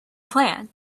plan